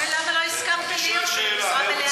ולמה לא הסכמת להיות במשרה מלאה.